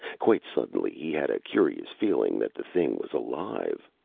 quite suddenly, he had a curious feeling that the thing was alive.